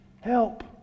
help